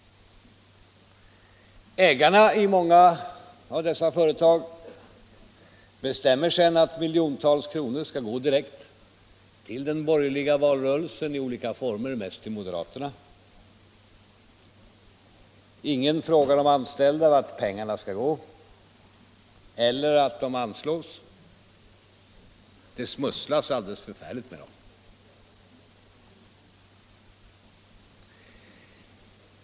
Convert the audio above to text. Ägarna i många av dessa företag bestämmer sedan att miljontals kronor skall gå direkt till den borgerliga valrörelsen i olika former, mest till moderaterna. Ingen frågar de anställda vart pengarna skall gå - eller om de skall anslås. Det smusslas alldeles förfärligt med dem.